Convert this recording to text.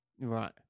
Right